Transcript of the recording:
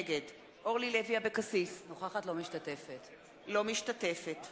נגד אורלי לוי אבקסיס, אינה משתתפת בהצבעה